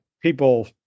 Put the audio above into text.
people